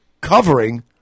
covering